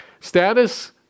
Status